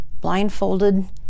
blindfolded